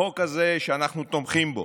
החוק הזה, שאנחנו תומכים בו,